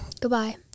Goodbye